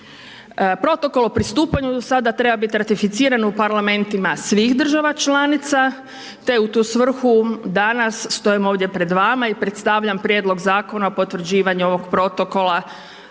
Protokol o pristupanju do sada treba biti ratificiran u parlamentima svih država članica, te u tu svrhu danas stojimo ovdje pred vama i predstavljam prijedlog zakona o potvrđivanju ovog protokola